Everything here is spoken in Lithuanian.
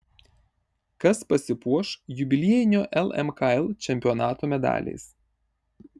kas pasipuoš jubiliejinio lmkl čempionato medaliais